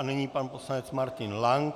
Nyní pan poslanec Martin Lank.